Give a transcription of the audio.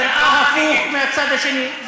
נראה הפוך מהצד השני,